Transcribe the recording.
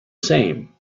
same